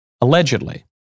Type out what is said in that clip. allegedly